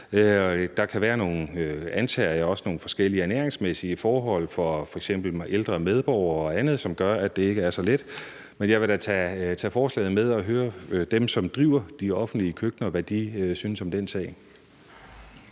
forhold for f.eks. ældre medborgere og andet, som gør, at det ikke er så let. Men jeg vil da tage forslaget med og høre dem, som driver de offentlige køkkener, hvad de synes om den sag.